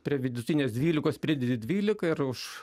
prie vidutinės dvylikos pridedi dvylika ir už